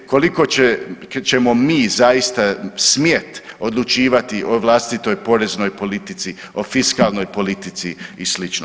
Koliko ćemo mi zaista smjeti odlučivati o vlastitoj poreznoj politici, o fiskalnoj politici i slično.